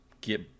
get